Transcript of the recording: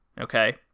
okay